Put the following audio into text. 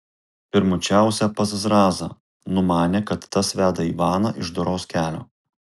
pirmučiausia pas zrazą numanė kad tas veda ivaną iš doros kelio